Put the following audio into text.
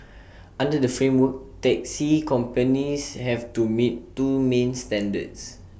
under the framework taxi companies have to meet two main standards